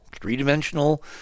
three-dimensional